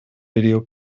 video